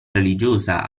religiosa